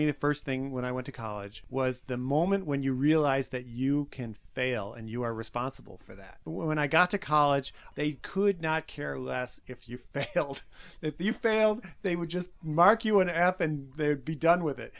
me the first thing when i went to college was the moment when you realize that you can fail and you are responsible for that when i got to college they could not care less if you felt that you failed they would just mark you an app and be done with it